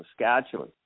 Saskatchewan